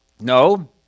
No